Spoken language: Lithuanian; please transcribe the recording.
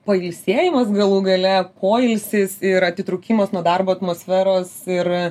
pailsėjimas galų gale poilsis ir atitrūkimas nuo darbo atmosferos ir